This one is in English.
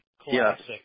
Classic